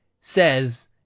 says